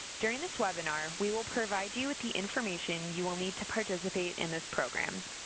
during this webinar, we will provide you with the information you will need to participate in this program.